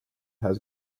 has